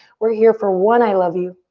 we're here for one i love you,